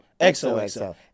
XOXO